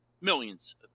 millions